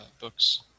books